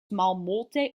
malmulte